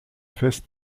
fest